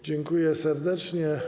Dziękuję serdecznie.